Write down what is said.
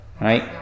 right